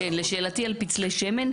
כן, לשאלתי על פצלי שמן.